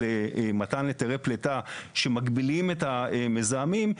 מתן היתרי פליטה שמגבילים את המזהמים,